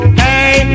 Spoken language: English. hey